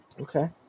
Okay